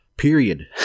period